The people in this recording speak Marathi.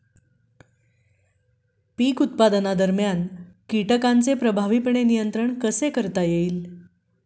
पीक उत्पादनादरम्यान कीटकांचे प्रभावीपणे नियंत्रण कसे करता येईल?